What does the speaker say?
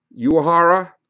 Uehara